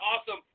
awesome